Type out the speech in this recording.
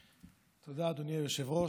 תודה, אדוני היושב-ראש.